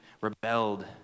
rebelled